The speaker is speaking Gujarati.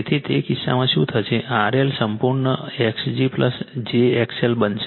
તેથી તે કિસ્સામાં શું થશે RL સંપૂર્ણ Zg j XL બનશે